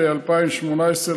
בשנת 2018,